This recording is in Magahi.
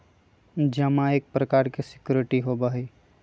जमा एक प्रकार के सिक्योरिटी होबा हई